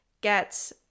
get